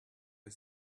his